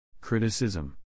Criticism